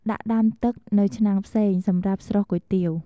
ដាក់ដាំទឹក នៅឆ្នាំងផ្សេង សម្រាប់ស្រុះគុយទាវ។